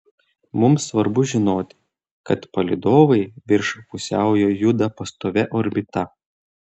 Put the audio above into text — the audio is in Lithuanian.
mums svarbu žinoti kad palydovai virš pusiaujo juda pastovia orbita